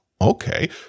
okay